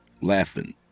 laughing